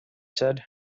said